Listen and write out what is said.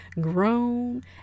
grown